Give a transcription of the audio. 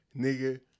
nigga